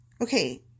Okay